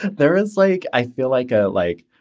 there is like i feel like ah like.